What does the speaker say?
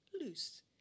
loose